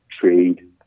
trade